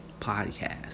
podcast